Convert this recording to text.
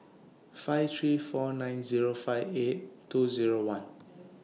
five three four nine five eight two Zero one